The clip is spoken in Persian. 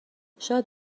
شاید